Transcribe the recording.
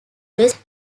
west